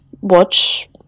watch